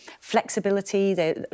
flexibility